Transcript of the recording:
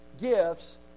gifts